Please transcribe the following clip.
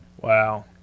Wow